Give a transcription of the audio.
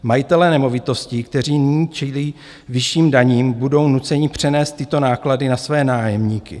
Majitelé nemovitostí, kteří nyní čelí vyšším daním, budou nuceni přenést tyto náklady na své nájemníky.